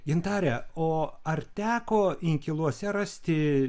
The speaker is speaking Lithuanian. gintare o ar teko inkiluose rasti